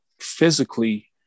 physically